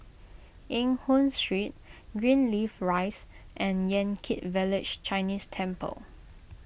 Eng Hoon Street Greenleaf Rise and Yan Kit Village Chinese Temple